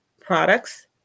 products